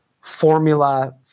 formula